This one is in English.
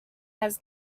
has